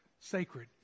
sacred